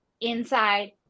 inside